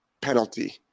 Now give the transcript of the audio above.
penalty